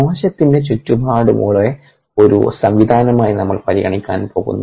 കോശത്തിൻറെ ചുറ്റുപാടുകളെ ഒരു സംവിധാനമായി നമ്മൾ പരിഗണിക്കാൻ പോകുന്നു